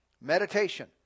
Meditation